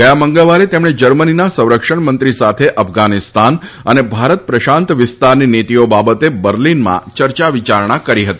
ગયા મંગળવારે તેમણે જર્મનીના સંરક્ષણમંત્રી સાથે અફઘાનિસ્તાન અને ભારત પ્રશાંત વિસ્તારની નીતિઓ બાબતે બર્લીનમાં ચર્ચા વિચારણા કરી હતી